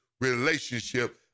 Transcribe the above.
relationship